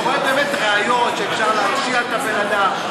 שרואה באמת ראיות שאפשר להרשיע את הבן אדם,